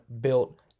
Built